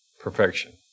perfection